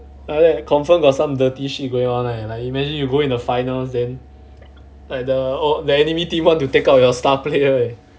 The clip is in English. !aiya! confirm got some dirty shit going on eh like imagine you go in the finals then like the oh their enemy team want to take out your star player eh